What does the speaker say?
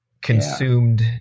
consumed